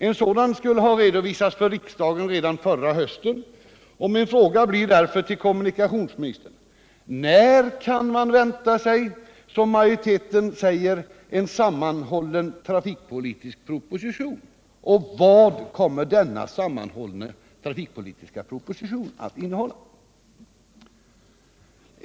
En sådan skulle ha redovisats för riksdagen redan förra hösten, och min fråga till kommunikationsministern blir därför: När kan man vänta sig en, som majoriteten säger, sammanhållen trafikpolitisk proposition och vad kommer den att innehålla?